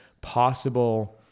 possible